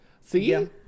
See